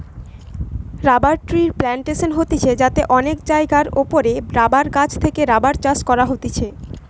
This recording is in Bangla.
রবার ট্রির প্লানটেশন হতিছে যাতে অনেক জায়গার ওপরে রাবার গাছ থেকে রাবার চাষ কইরা হতিছে